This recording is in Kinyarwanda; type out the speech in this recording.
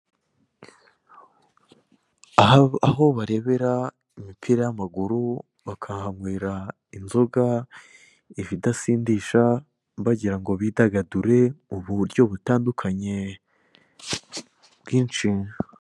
Aho barebera imipira y'amaguru, bakahanywera inzoga, ibidasindisha bagira ngo bidagadure mu buryo butandukanye bwinshi.